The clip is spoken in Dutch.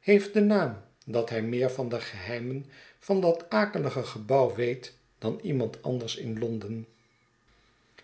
heeft den naam dat hij meer van de geheimen van dat akelige gebouw weet dan iemand anders in londen